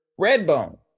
Redbone